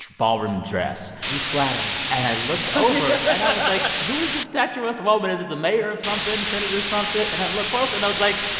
ballroom dress you flatter and i looked over and i was like, who is this statuesque woman? is it the mayor of something, senator something? and i looked closer and i was like,